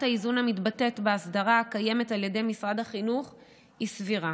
האיזון המתבטאת בהסדרה הקיימת על ידי משרד החינוך היא סבירה.